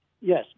Yes